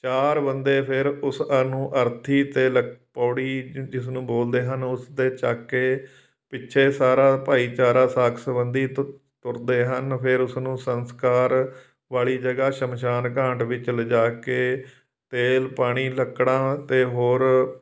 ਚਾਰ ਬੰਦੇ ਫਿਰ ਉਸ ਅ ਨੂੰ ਅਰਥੀ 'ਤੇ ਲੱ ਪੌੜੀ ਜਿਸਨੂੰ ਬੋਲਦੇ ਹਨ ਉਸ 'ਤੇ ਚੱਕ ਕੇ ਪਿੱਛੇ ਸਾਰਾ ਭਾਈਚਾਰਾ ਸਾਕ ਸੰਬੰਧੀ ਤੁ ਤੁਰਦੇ ਹਨ ਫਿਰ ਉਸਨੂੰ ਸੰਸਕਾਰ ਵਾਲੀ ਜਗ੍ਹਾ ਸ਼ਮਸ਼ਾਨ ਘਾਟ ਵਿੱਚ ਲਿਜਾ ਕੇ ਤੇਲ ਪਾਣੀ ਲੱਕੜਾਂ ਅਤੇ ਹੋਰ